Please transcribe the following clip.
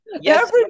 Yes